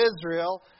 Israel